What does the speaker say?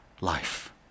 life